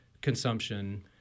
consumption